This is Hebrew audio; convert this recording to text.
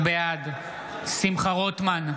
בעד שמחה רוטמן,